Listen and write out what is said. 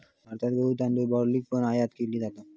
भारतात गहु, तांदुळ, बार्ली पण आयात केली जाता